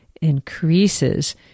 increases